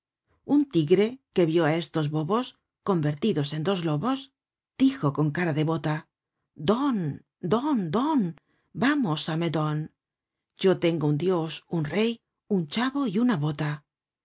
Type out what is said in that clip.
un tigre que vio á estos buhos convertidos en dos lobos content from google book search generated at dijo con cara devota don don don varaos á meudon yo tengo un dios un rey un chavo y una bota